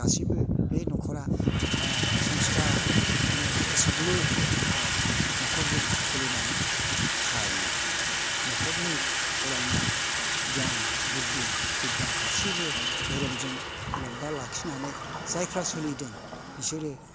गासिबो बे न'खरा संस्खार मानि फोसोबलु न'खरजों सोलिनानै थायो न'खरनि फरायनाय गियान बुद्दि बिध्या गासैबो धोरोमजों लोब्बा लाखिनानै जायफ्रा सोलिदों बिसोरो